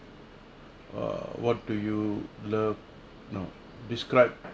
err what do you love no describe